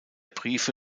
briefe